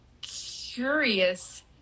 curious